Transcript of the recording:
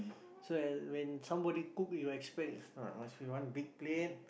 so and when somebody cook you expect ah must be one big plate